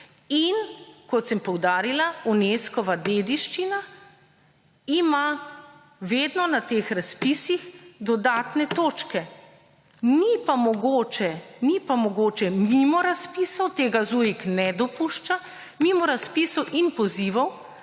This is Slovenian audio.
in, kot sem poudarila, UNESCO-va dediščina ima vedno na teh razpisih dodatne točke. Ni pa mogoče, ni pa mogoče mimo razpisov, tega ZUIK ne dopušča, mimo razpisov in pozivov